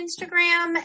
Instagram